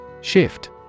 Shift